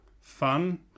fun